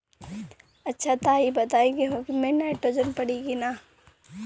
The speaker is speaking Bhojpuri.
अच्छा त ई बताईं गेहूँ मे नाइट्रोजन पड़ी कि ना?